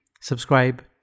subscribe